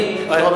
גם העלו וגם עשו.